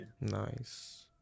Nice